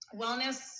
wellness